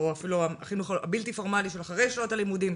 החינוך "הבלתי פורמלי" של אחרי שעות הלימודים,